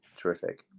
terrific